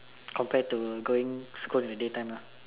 compared to going school in the daytime lah